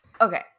Okay